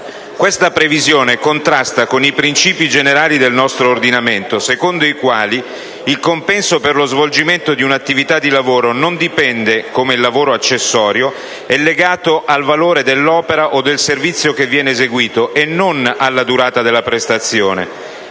Questa previsione contrasta con i principi generali del nostro ordinamento secondo i quali il compenso per lo svolgimento di un'attività di lavoro non dipendente, come il lavoro accessorio, è legato al valore dell'opera o del servizio che viene eseguito e non alla durata della prestazione.